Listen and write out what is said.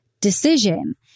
decision